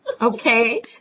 okay